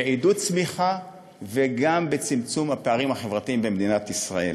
בעידוד צמיחה וגם בצמצום הפערים החברתיים במדינת ישראל.